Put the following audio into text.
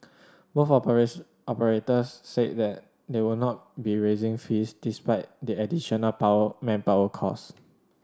both operates operators said that they would not be raising fees despite the additional power manpower cost